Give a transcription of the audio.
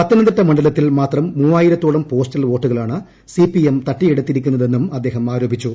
പത്തനംതിട്ട മണ്ഡലത്തിൽ ്മാത്രം മൂവായിരത്തോളം പോസ്റ്റൽ വോട്ടുകളാണ് സിപ്പിഎ് തട്ടിയെടുത്തിരിക്കുന്നതെന്നും അദ്ദേഹം ആരോപിച്ചു